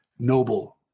noble